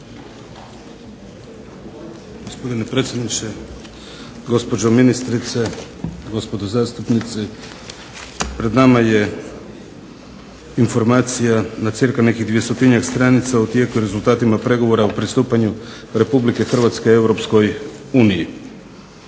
Gospodine predsjedniče, gospođo ministrice, gospodo zastupnici. Pred nama je informacija na cca 200-njak stranica o tijeku i rezultatima pregovora o pristupanje RH EU. Jasno je